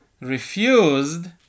refused